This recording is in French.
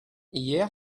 hier